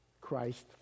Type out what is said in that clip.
Christ